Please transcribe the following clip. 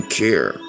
care